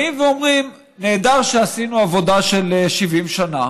באים ואומרים: נהדר שעשינו עבודה של 70 שנה,